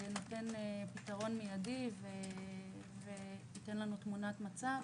זה נותן פתרון מידי וייתן לנו תמונת מצב.